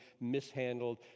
mishandled